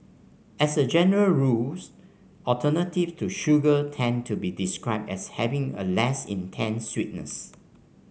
as a general rules alternative to sugar tend to be described as having a less intense sweetness